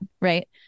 Right